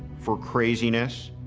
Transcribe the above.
for craziness.